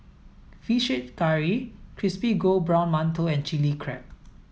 fish head curry crispy golden brown mantou and chili crab